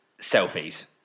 selfies